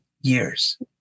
years